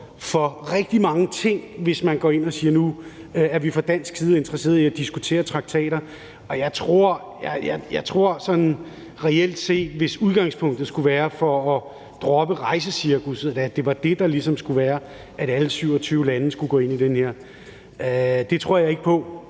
for rigtig mange ting, hvis man går ind og siger, at vi fra dansk side nu er interesseret i at diskutere traktater. Hvis udgangspunktet for at droppe rejsecirkusset skulle være, at alle 27 lande skulle gå ind i det her, vil jeg sige,